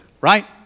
right